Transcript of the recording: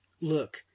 Look